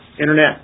internet